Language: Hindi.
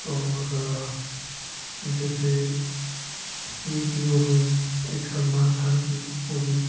और जैसे एक यह हो गई एक सलमान खान की मूवी